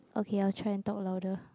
okay I will try and talk louder